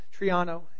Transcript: Triano